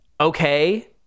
Okay